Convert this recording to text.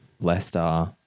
Leicester